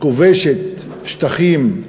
כובשת שטחים,